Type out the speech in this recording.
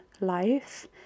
life